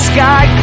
Sky